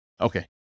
Okay